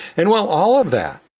and while all of that,